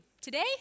Today